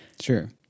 Sure